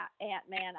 Ant-Man